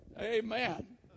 Amen